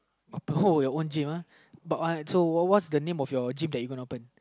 your own gym uh but so what's the name of your gym that you're gonna open